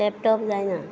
laptop जायना